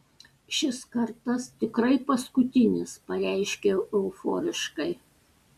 šis kartas tikrai paskutinis pareiškiau euforiškai